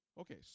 Okay